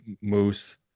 moose